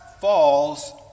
fall's